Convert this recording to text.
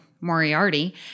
Moriarty